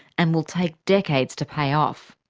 and will take decades to pay off.